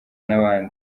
n’abandi